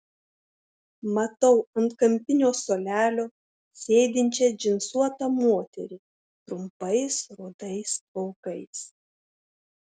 matau ant kampinio suolelio sėdinčią džinsuotą moterį trumpais rudais plaukais